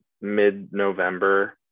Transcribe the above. mid-November